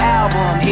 album